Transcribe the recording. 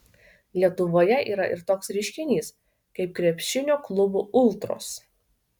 lietuvoje yra ir toks reiškinys kaip krepšinio klubų ultros